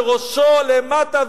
וראשו למטה,